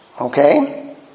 okay